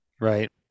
Right